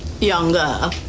younger